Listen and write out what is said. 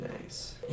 Nice